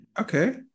Okay